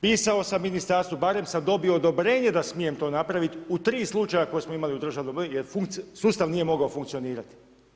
Pisao sam ministarstvu, barem sam dobio odobrenje da smijem to napraviti u tri slučaja koje smo imali jer sustav nije mogao funkcionirati.